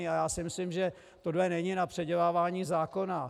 A já si myslím, že tohle není na předělávání zákona.